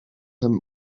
him